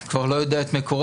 אני כבר לא יודע את מקורה,